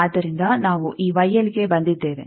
ಆದ್ದರಿಂದ ನಾವು ಈ ಗೆ ಬಂದಿದ್ದೇವೆ